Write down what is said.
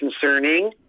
concerning